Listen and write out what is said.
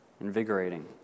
invigorating